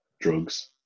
drugs